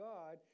God